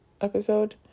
episode